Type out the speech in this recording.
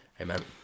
amen